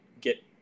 get